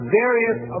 various